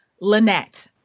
Lynette